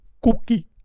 cookie